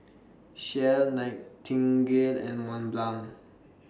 Shell Nightingale and Mont Blanc